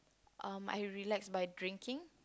um I relax by drinking